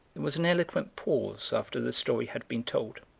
was an eloquent pause after the story had been told.